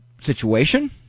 situation